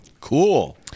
cool